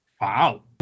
Wow